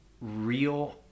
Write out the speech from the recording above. real